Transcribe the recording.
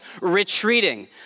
retreating